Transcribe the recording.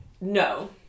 No